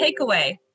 takeaway